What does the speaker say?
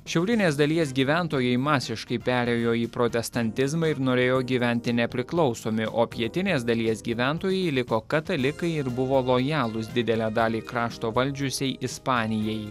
šiaurinės dalies gyventojai masiškai perėjo į protestantizmą ir norėjo gyventi nepriklausomi o pietinės dalies gyventojai liko katalikai ir buvo lojalūs didelę dalį krašto valdžiusiai ispanijai